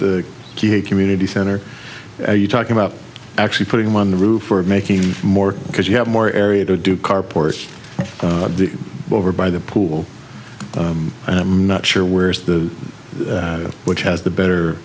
the community center are you talking about actually putting them on the roof for making more because you have more area to do carports over by the pool and i'm not sure where the which has the better